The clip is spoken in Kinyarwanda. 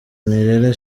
nirere